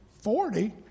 Forty